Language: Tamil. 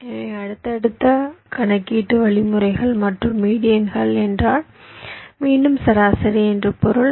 எனவே அடுத்தடுத்து கணக்கீட்டு வழிமுறைகள் மற்றும் மீடியன்கள் என்றால் மீண்டும் சராசரி என்று பொருள்